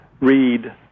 read